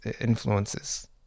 influences